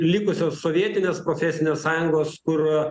likusios sovietinės profesinės sąjungos kur